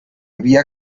vía